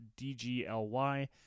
DGLY